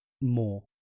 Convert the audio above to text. More